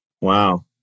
Wow